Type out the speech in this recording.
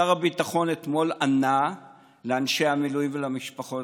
שר הביטחון אתמול ענה לאנשי המילואים ולמשפחות